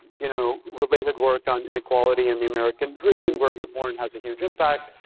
you know related work on inequality in the american dream, where you're born has a huge impact.